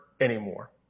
anymore